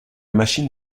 machine